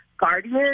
guardian